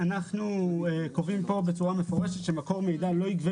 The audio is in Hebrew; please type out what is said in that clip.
אנחנו קובעים כאן בצורה מפורשת שמקור מידע לא יגבה